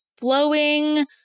flowing